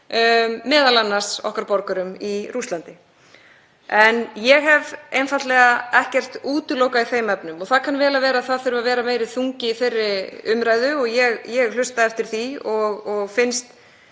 m.a. okkar borgurum í Rússlandi. Ég hef einfaldlega ekkert útilokað í þeim efnum. Það kann vel að vera að það þurfi að vera meiri þungi í þeirri umræðu og ég hef hlustað eftir því og finnst